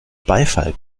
beifall